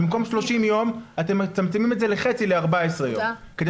במקום 30 יום אתם מצמצמים את זה ל-14 יום כדי